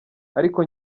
ariko